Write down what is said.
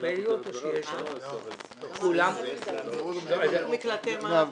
120. ממקלטי מס מכל העולם,